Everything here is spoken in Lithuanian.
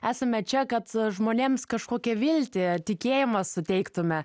esame čia kad žmonėms kažkokią viltį tikėjimą suteiktume